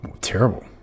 Terrible